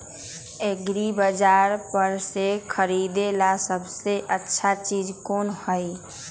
एग्रिबाजार पर से खरीदे ला सबसे अच्छा चीज कोन हई?